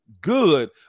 good